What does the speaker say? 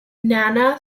nana